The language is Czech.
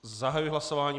Zahajuji hlasování.